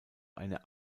eine